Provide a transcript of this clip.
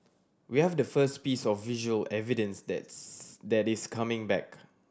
we have the first piece of visual evidence that's that is coming back